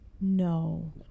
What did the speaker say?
No